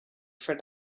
for